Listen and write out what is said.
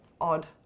odd